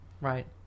Right